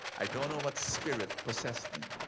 i don't know what spirit possessed me.